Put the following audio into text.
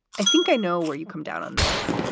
i think i know where you come down on this,